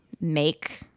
make